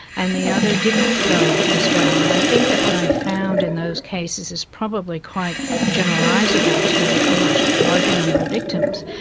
and the other didn't go as well. and i think that what i found in those cases is probably quite generalisable to a much larger number of victims.